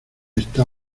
esta